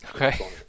Okay